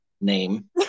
name